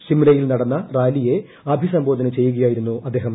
ഷിംലയിൽ നടന്ന റാലിയെ അഭിസംബോധന ചെയ്യുകയായിരുന്നു അദ്ദേഹം